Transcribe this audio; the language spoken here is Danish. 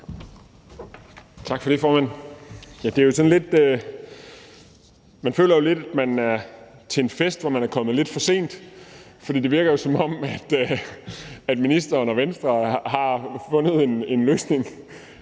Tak for det, formand. Man føler jo lidt, man er til en fest, hvor man er kommet lidt for sent, for det virker jo, som om ministeren og Venstre har fundet en løsning